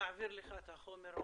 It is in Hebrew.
נעביר לך את החומר,